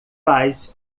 faz